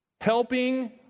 Helping